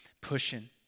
pushing